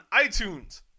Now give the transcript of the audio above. iTunes